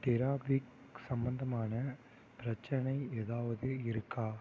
traffic சம்பந்தமான பிரச்சினை ஏதாவது இருக்கா